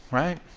right?